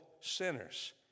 sinners